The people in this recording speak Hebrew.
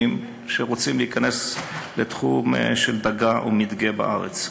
שרוצים להיכנס לתחום של דגה ומדגה בארץ.